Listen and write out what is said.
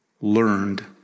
learned